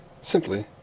Simply